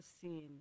seen